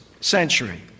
century